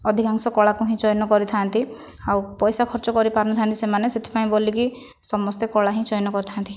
ଅଧିକାଂଶ କଳାକୁ ହିଁ ଚୟନ କରିଥାନ୍ତି ଆଉ ପଇସା ଖର୍ଚ୍ଚ କରିପାରିନାହାନ୍ତି ସେମାନେ ସେଥିପାଇଁ ବୋଲି କି ସମସ୍ତେ କଳା ହିଁ ଚୟନ କରିଥାନ୍ତି